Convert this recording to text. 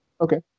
Okay